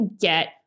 get